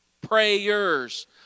Prayers